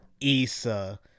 Issa